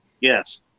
Yes